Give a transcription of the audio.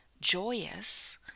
joyous